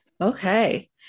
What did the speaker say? Okay